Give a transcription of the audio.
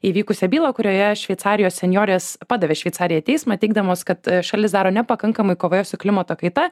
įvykusią bylą kurioje šveicarijos senjorės padavė šveicariją į teismą teigdamos kad šalis daro nepakankamai kovoje su klimato kaita